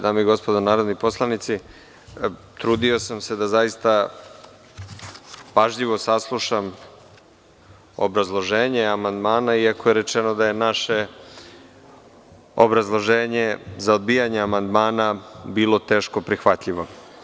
Dame i gospodo narodni poslanici, trudio sam se da zaista pažljivo saslušam obrazloženje amandmana, iako je rečeno da je naše obrazloženje za odbijanje amandmana bilo teško prihvatljivo.